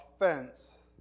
offense